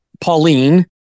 Pauline